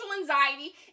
anxiety